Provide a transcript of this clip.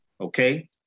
Okay